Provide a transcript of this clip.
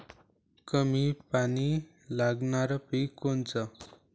कमी पानी लागनारं पिक कोनचं?